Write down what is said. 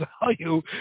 value